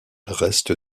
reste